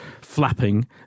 flapping